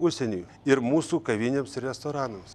užsieniui ir mūsų kavinėms ir restoranams